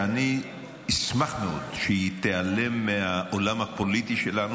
שאני אשמח מאוד אם היא תיעלם מהעולם הפוליטי שלנו